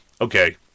Okay